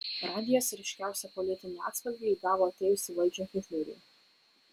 radijas ryškiausią politinį atspalvį įgavo atėjus į valdžią hitleriui